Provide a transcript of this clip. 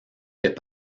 fait